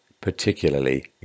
particularly